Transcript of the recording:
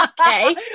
okay